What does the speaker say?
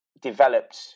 developed